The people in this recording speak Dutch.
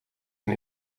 een